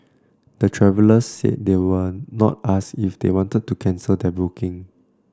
the travellers said they were not asked if they wanted to cancel their booking